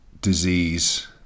disease